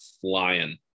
flying